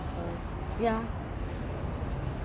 don't joke about it lah you confirm will be your own boss next time